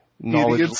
knowledge